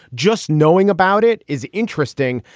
just knowing about it is interesting.